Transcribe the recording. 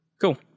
Cool